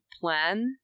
plan